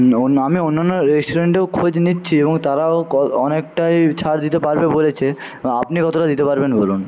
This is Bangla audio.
আমি অন্যান্য রেস্টুরেন্টেও খোঁজ নিচ্ছি এবং তারাও অনেকটাই ছাড় দিতে পারবে বলেছে আপনি কতটা দিতে পারবেন বলুন